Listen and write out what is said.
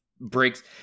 breaks